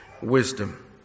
wisdom